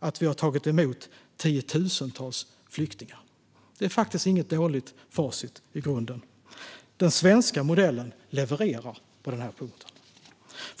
har skett trots att vi har tagit emot tiotusentals flyktingar. Det är faktiskt inget dåligt facit i grunden. Den svenska modellen levererar på denna punkt.